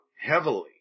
heavily